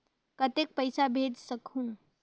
कतेक पइसा भेज सकहुं?